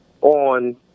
on